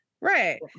right